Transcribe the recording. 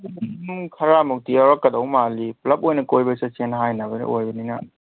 ꯈꯔꯃꯨꯛꯇꯤ ꯌꯥꯎꯔꯛꯀꯗꯧ ꯃꯥꯜꯂꯤ ꯄꯨꯂꯞ ꯑꯣꯏꯅ ꯀꯣꯏꯕ ꯆꯠꯁꯦꯅ ꯍꯥꯏꯅꯕ ꯑꯣꯏꯕꯅꯤꯅ